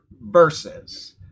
verses